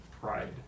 pride